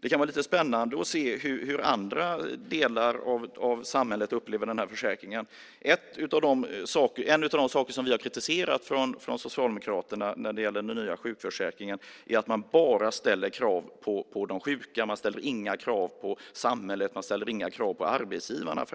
Det kan vara lite spännande att se hur andra delar av samhället upplever denna försäkring. En av de saker som vi från Socialdemokraterna har kritiserat när det gäller den nya sjukförsäkringen är att man ställer krav bara på de sjuka. Man ställer inga krav på samhället, och man ställer framför allt inga krav på arbetsgivarna.